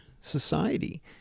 society